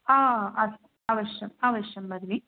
अस्तु अवश्यम् अवश्यं भगिनी